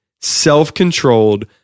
self-controlled